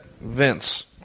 Vince